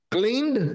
Cleaned